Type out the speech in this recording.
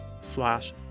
slash